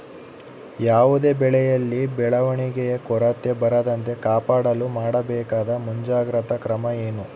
ಯಾವುದೇ ಬೆಳೆಯಲ್ಲಿ ಬೆಳವಣಿಗೆಯ ಕೊರತೆ ಬರದಂತೆ ಕಾಪಾಡಲು ಮಾಡಬೇಕಾದ ಮುಂಜಾಗ್ರತಾ ಕ್ರಮ ಏನು?